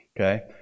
Okay